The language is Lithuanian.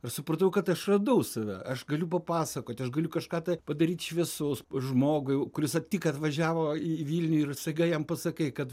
aš supratau kad aš radau save aš galiu papasakoti aš galiu kažką tai padaryt šviesaus žmogui kuris tik atvažiavo į vilnių ir staiga jam pasakai kad